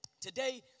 Today